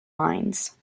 lines